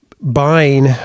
buying